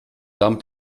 dann